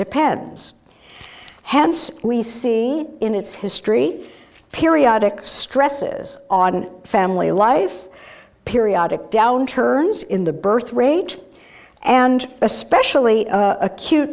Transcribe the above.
depends hence we see in its history periodic stresses on family life periodic downturns in the birth rate and especially acute